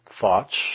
thoughts